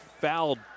fouled